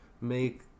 make